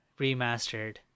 remastered